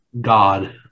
God